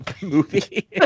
movie